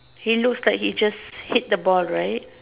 he looks like he just hit the ball right